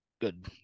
good